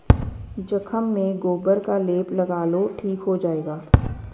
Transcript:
जख्म में गोबर का लेप लगा लो ठीक हो जाएगा